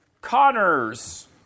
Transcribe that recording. Connors